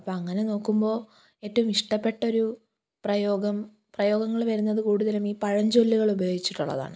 അപ്പം അങ്ങനെ നോക്കുമ്പോൾ ഏറ്റവും ഇഷ്ടപ്പെട്ടൊരു പ്രയോഗം പ്രയോഗങ്ങൾ വരുന്നത് കൂടുതലും ഈ പഴഞ്ചൊല്ലുകളുപയോഗിച്ചിട്ടുള്ളതാണ്